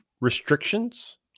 restrictions